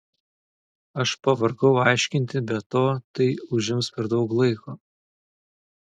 aš pavargau aiškinti be to tai užims per daug laiko